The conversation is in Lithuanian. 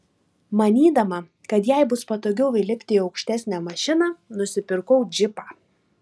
manydama kad jai bus patogiau įlipti į aukštesnę mašiną nusipirkau džipą